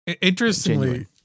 interestingly